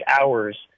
hours